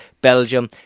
Belgium